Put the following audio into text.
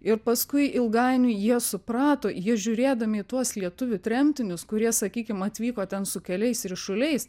ir paskui ilgainiui jie suprato jie žiūrėdami į tuos lietuvių tremtinius kurie sakykim atvyko ten su keliais ryšuliais